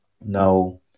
Now